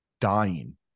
dying